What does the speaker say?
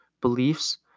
beliefs